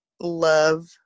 love